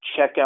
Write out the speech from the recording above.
checkout